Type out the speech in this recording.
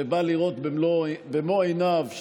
ועדת